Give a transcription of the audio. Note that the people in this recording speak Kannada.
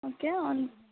ಓಕೆ ಅವನ